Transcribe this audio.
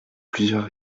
plusieurs